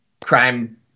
crime